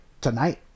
tonight